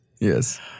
Yes